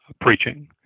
preaching